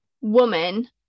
woman